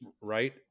right